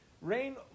Rain